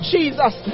Jesus